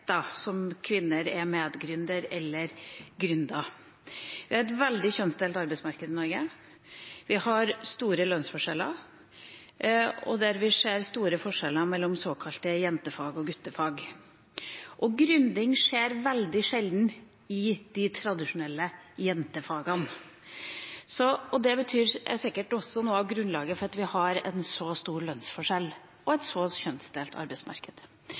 kvinner er medgründer eller har gründet. Det er et veldig kjønnsdelt arbeidsmarked i Norge, vi har store lønnsforskjeller, og vi ser store forskjeller mellom såkalte jentefag og guttefag. Gründing skjer veldig sjelden i de tradisjonelle jentefagene. Det er sikkert også noe av grunnlaget for at vi har en så stor lønnsforskjell og et så kjønnsdelt arbeidsmarked.